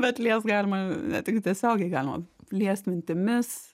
bet liest galima ne tik tiesiogiai galima liest mintimis